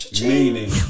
meaning